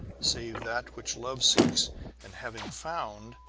save that which love seeks and, having found,